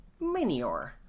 Minior